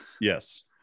Yes